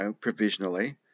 provisionally